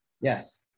Yes